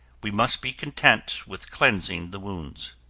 we must be content with cleansing the wounds.